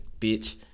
bitch